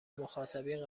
مخاطبین